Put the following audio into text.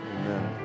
Amen